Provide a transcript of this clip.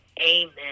Amen